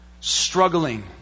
struggling